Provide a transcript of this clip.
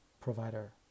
provider